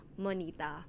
Monita